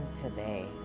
today